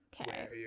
Okay